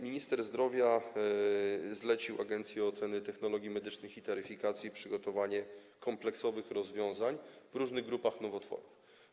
Minister zdrowia zlecił Agencji Oceny Technologii Medycznych i Taryfikacji przygotowanie kompleksowych rozwiązań w różnych grupach nowotworów.